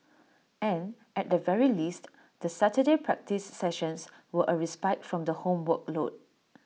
and at the very least the Saturday practice sessions were A respite from the homework load